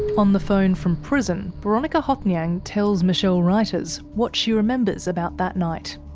on the phone from prison, boronika hothnyang tells michele ruyters what she remembers about that night.